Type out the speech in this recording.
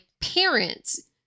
parents